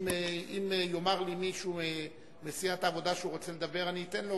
אם יאמר לי מישהו מסיעת העבודה אני אתן לו,